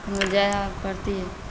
हमरो जाइ आबै पड़तिए